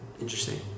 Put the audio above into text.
interesting